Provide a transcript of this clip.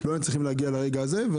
לא היינו צריכים להגיע לרגע הזה.